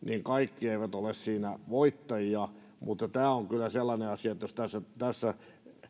kaikki eivät ole siinä voittajia mutta tämä on kyllä sellainen asia jos tässä tässä